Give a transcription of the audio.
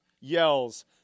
yells